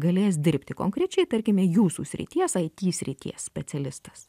galės dirbti konkrečiai tarkime jūsų srities it srities specialistas